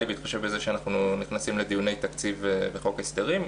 בהתחשב בזה שאנחנו נכנסים לדיוני תקציב וחוק הסדרים.